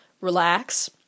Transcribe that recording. relax